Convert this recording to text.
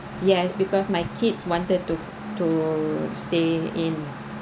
yes because my kids wanted to to stay in